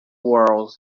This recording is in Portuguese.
world